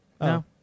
No